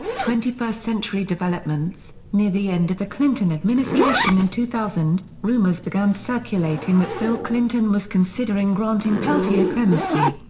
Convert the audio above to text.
twenty first century developments near the end of the clinton administration in two thousand, rumors began circulating that bill clinton was considering granting peltier clemency.